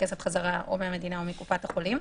הכסף חזרה או מהמדינה או מקופת החולים.